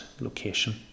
location